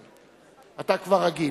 אתה כבר רגיל.